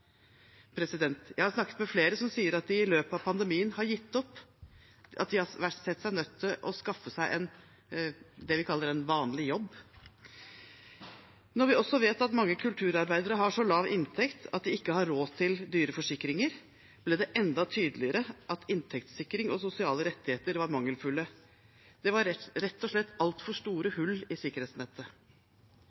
Jeg har snakket med flere som sier at de i løpet av pandemien har gitt opp, og at de har sett seg nødt til å skaffe seg det vi kaller en vanlig jobb. Når vi også vet at mange kulturarbeidere har så lav inntekt at de ikke har råd til dyre forsikringer, ble det enda tydeligere at inntektssikringen og de sosiale rettighetene var mangelfulle. Det var rett og slett altfor store hull i sikkerhetsnettet.